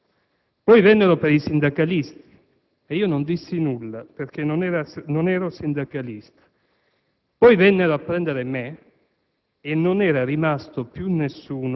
«Prima vennero per gli ebrei, e io non dissi nulla perché non ero ebreo. Poi vennero per i comunisti, e non io dissi nulla perché non ero comunista.